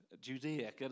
Judea